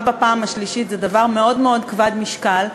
בפעם השלישית זה דבר מאוד מאוד כבד משקל.